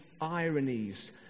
ironies